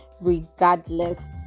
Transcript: regardless